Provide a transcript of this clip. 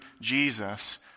Jesus